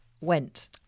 went